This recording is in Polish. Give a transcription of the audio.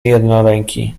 jednoręki